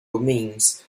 means